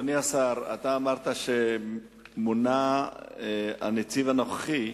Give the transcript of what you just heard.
אדוני השר, אמרת שמונה הנציב הנוכחי,